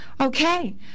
Okay